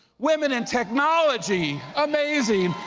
women in technology, amazing.